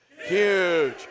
huge